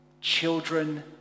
children